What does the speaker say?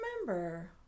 remember